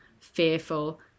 fearful